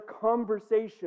conversation